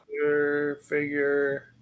figure